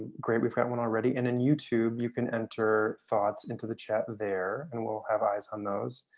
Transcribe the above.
great. we've got one already. and in youtube you can enter thoughts into the chat there and we'll have eyes on those.